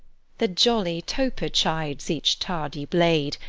the jolly toper chides each tardy blade,